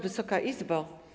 Wysoka Izbo!